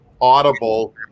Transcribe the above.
audible